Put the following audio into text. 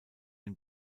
den